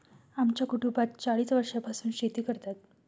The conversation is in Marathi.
आमच्या कुटुंबात चाळीस वर्षांपासून शेती करतात